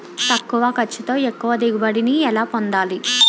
తక్కువ ఖర్చుతో ఎక్కువ దిగుబడి ని ఎలా పొందాలీ?